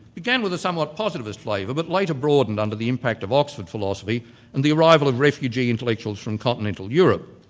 began with a somewhat positivist flavour, but later broadened under the impact of oxford philosophy and the arrival of refugee intellectuals from continental europe,